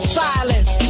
silence